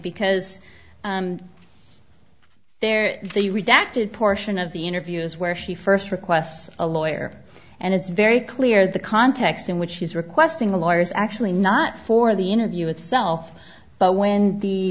because they're the redacted portion of the interviews where she first requests a lawyer and it's very clear the context in which she's requesting the lawyer is actually not for the interview itself but when the